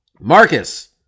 Marcus